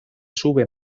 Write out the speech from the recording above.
sube